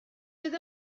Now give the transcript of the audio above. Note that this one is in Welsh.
oedd